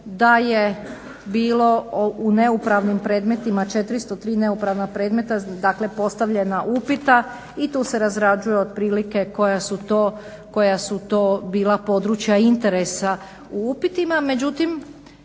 da je bilo u neupravnih predmetima 403 neupravna predmeta dakle postavljena upita i tu se razrađuje otprilike koja su to bila područja interesa u upitima,